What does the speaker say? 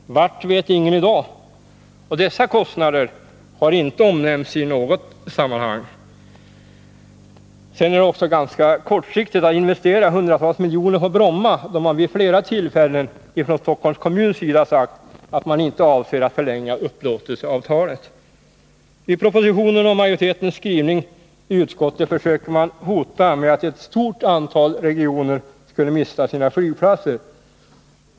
Vart vet ingen i dag. Dessa kostnader har inte omnämnts i något sammanhang. Sedan är det också ganska kortsiktigt att investera hundratals miljoner på Bromma då man från Stockholms kommuns sida vid flera tillfällen sagt att man inte avser att förlänga upplåtelseavtalet. I propositionen och majoritetens skrivning i utskottet försöker man hota med att ett stort antal regioner skulle mista sina flygplatser.